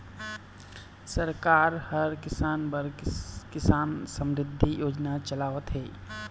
सरकार ह किसान बर किसान समरिद्धि योजना चलावत हे